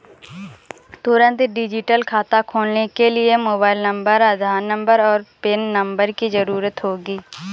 तुंरत डिजिटल खाता खोलने के लिए मोबाइल नंबर, आधार नंबर, और पेन नंबर की ज़रूरत होगी